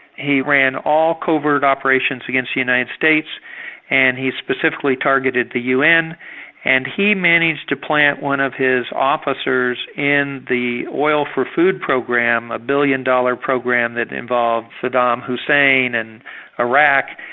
he ran all covert operations against the united states and he specifically targeted the un and he managed to plant one of his officers in the oil for food program, a billion dollar program that involved saddam hussein and iraq,